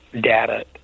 data